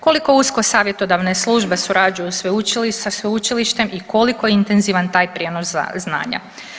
Koliko usko savjetodavne službe surađuju sa sveučilištem i koliko je intenzivan taj prijenos znanja?